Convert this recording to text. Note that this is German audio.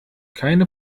keine